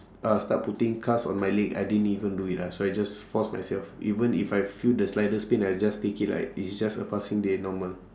uh start putting cast on my leg I didn't even do it lah so I just force myself even if I feel the slightest pain I'll just take it like it's just a passing day normal